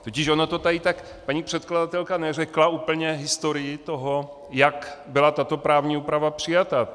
Totiž ono to tady tak paní předkladatelka neřekla úplně historii toho, jak byla tato právní úprava přijata.